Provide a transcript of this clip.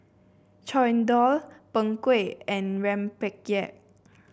chendol Png Kueh and rempeyek